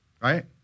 right